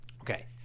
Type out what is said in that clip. Okay